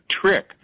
trick